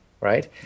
right